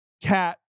cat